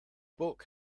book